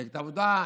מפלגת העבודה,